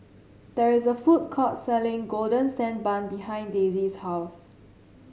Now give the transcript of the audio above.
there is a food court selling Golden Sand Bun behind Daisy's house